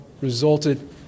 resulted